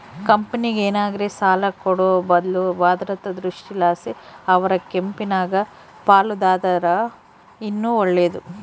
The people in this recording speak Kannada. ಕಂಪೆನೇರ್ಗೆ ಸಾಲ ಕೊಡೋ ಬದ್ಲು ಭದ್ರತಾ ದೃಷ್ಟಿಲಾಸಿ ಅವರ ಕಂಪೆನಾಗ ಪಾಲುದಾರರಾದರ ಇನ್ನ ಒಳ್ಳೇದು